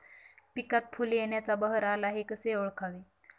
पिकात फूल येण्याचा बहर आला हे कसे ओळखावे?